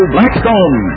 Blackstone